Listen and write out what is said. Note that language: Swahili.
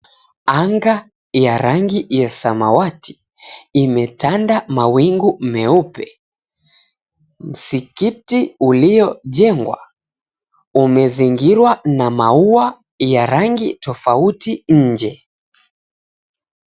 Anga ya rangi ya samawati imetanda mawingu meupe. Msikiti uliojengwa umezingirwa na maua ya rangi tofauti nje.